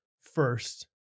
first